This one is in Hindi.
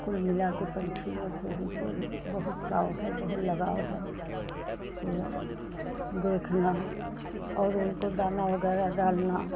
कुल मिला के पंछियों से हमको बहुत चाव है बहुत लगाव है यह देखना और उनको दाना वगैरह डालना